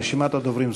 רשימת הדוברים סגורה.